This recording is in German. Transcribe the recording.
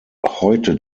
heute